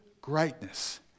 greatness